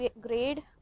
grade